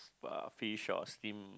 uh fish or steam